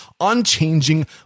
unchanging